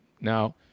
Now